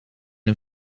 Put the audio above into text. een